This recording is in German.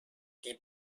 die